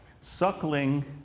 suckling